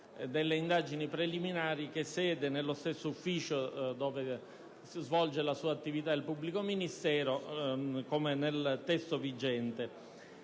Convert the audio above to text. delle indagini preliminari che ha sede nello stesso ufficio dove svolge la sua attività di pubblico ministero, come nel testo vigente.